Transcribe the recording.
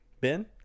Ben